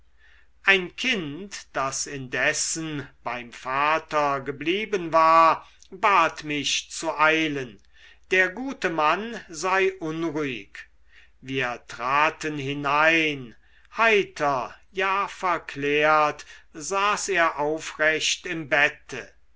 ein kind das indessen beim vater geblieben war bat mich zu eilen der gute mann sei unruhig wir traten hinein heiter ja verklärt saß er aufrecht im bette